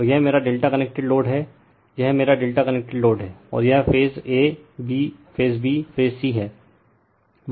तो यह मेरा Δ कनेक्टेड लोड है यह मेरा Δ कनेक्टेड लोड है और यह phase a phase b phase c है